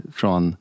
från